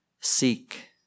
seek